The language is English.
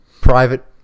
private